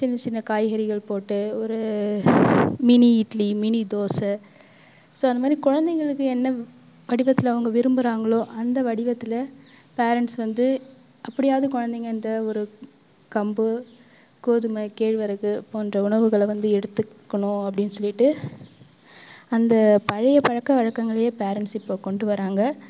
சின்ன சின்ன காய்கறிகள் போட்டு ஒரு mini idli mini dosa so அந்த மாதிரி குழந்தைங்களுக்கு என்ன வடிவத்தில் அவங்க விரும்புகிறாங்களோ அந்த வடிவத்தில் பேரென்ட்ஸ் வந்து அப்படியாவது குழந்தைங்க அந்த ஒரு கம்பு கோதுமை கேழ்வரகு போன்ற உணவுகளை வந்து எடுத்துக்கணும் அப்படின்னு சொல்லிட்டு அந்த பழையை பழக்க வழக்கங்களையே பேரென்ட்ஸ் இப்போ கொண்டுவராங்க